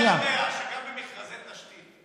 אתה יודע שגם במכרזי תשתית,